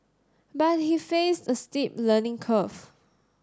but he faced a steep learning curve